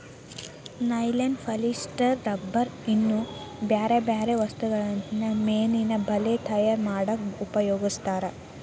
nylon polyester rubber ಇನ್ನೂ ಬ್ಯಾರ್ಬ್ಯಾರೇ ವಸ್ತುಗಳನ್ನ ಮೇನಿನ ಬಲೇ ತಯಾರ್ ಮಾಡಕ್ ಉಪಯೋಗಸ್ತಾರ